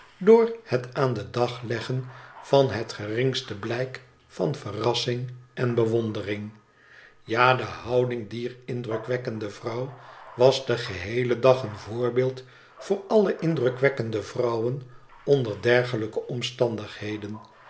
door het aan den dag leggen van het geringste blijk van verrassing en bewondering ja de houding dier indrukwekkende vrouw was den geheelen dageen voorbeeld voor alle indrukwekkende vrouwen onder dergelijke omstandigheden